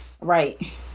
right